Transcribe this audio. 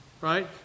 right